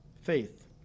Faith